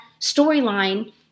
storyline